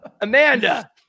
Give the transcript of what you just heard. Amanda